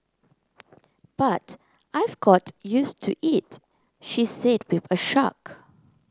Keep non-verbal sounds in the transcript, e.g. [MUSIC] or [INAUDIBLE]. [NOISE] but I've got use to it she said with a shrug